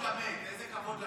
איזה כבוד למת?